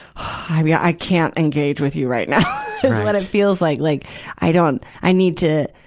i yeah i can't engage with you right now, is what it feels like. like i don't, i need to,